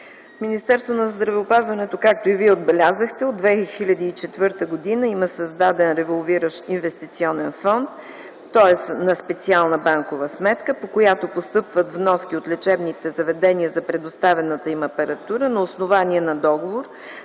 Министерството на здравеопазването, както и Вие отбелязахте, от 2004 г. има създаден револвиращ инвестиционен фонд, тоест на специална банкова сметка, по която постъпват вноските от лечебните заведения за предоставената им апаратура на основание на договор